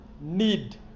need